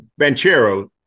Banchero